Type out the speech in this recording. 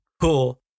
cool